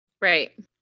Right